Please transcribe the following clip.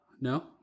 No